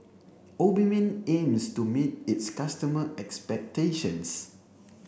Obimin aims to meet its customer expectations